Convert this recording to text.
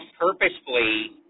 purposefully